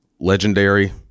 legendary